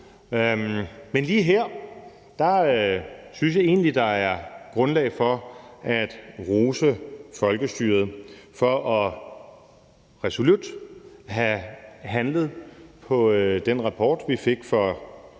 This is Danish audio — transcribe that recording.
Men lige her synes jeg egentlig, at der er grundlag for at rose folkestyret for resolut at have handlet på den rapport, vi fik for